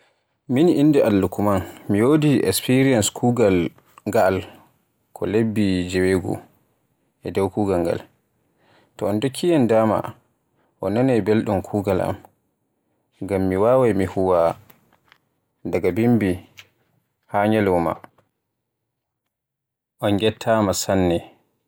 Min ni innde am Lukman, mi wodi espiriyans kugaal ngal ko lebbi jewigo e dow kugaal ngal. To on dokkiyam daama, on nanay belɗum kuugal am. Ngam mi waawai mu huwa daga bimbi haa ñyalawma. on gettama.